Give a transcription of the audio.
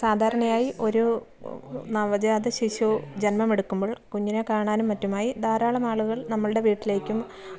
സാധാരണയായി ഒരു നവജാത ശിശു ജന്മം എടുക്കുമ്പോൾ കുഞ്ഞിനെ കാണാനും മറ്റുമായി ധാരാളം ആളുകൾ നമ്മളുടെ വീട്ടിലേക്കും